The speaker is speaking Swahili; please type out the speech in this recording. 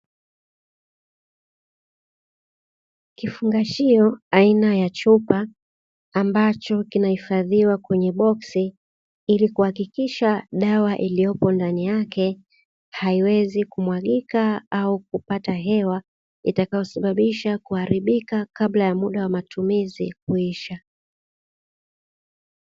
Kifungashio aina ya chupa ambacho kina hifadhiwa kwenye boksi ili kuhakikisha dawa iliyopo ndani yake haiwezi kumwagika au kupata hewa itakayosababisha kuharibika kabla ya muda wa matumizi kuisha.